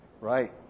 Right